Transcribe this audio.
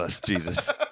Jesus